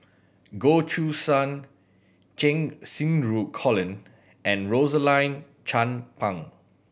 Goh Choo San Cheng Xinru Colin and Rosaline Chan Pang